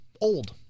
Old